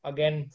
Again